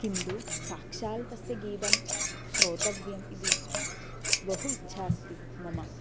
किन्तु साक्षात् तस्य गीतं श्रोतव्यम् इति बहु इच्छा अस्ति मम